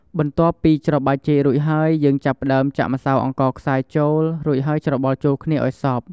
បន្ទាប់់ពីច្របាច់ចេករួចហើយយើងចាប់ផ្ដើមចាក់ម្សៅអង្ករខ្សាយចូល រួចហើយច្របល់ចូលគ្នាឱ្យសព្វ។